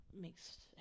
mixed